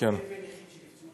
יש הבדל בין נכים שנפצעו בפעולה